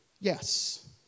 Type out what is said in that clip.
Yes